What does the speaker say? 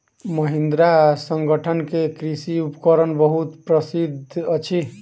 महिंद्रा संगठन के कृषि उपकरण बहुत प्रसिद्ध अछि